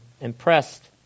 impressed